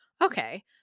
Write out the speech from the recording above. okay